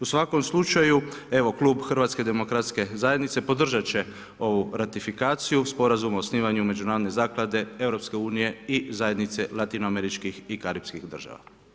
U svakom slučaju, evo Klub HDZ-a podržati će ovu ratifikaciju, sporazum o osnivanju međunarodne zaklade EU i zajednice latino Američkih i Karipskih država.